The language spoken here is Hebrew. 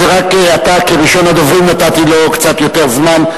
רק לך, כראשון הדוברים, נתתי קצת יותר זמן.